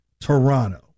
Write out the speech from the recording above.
Toronto